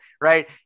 right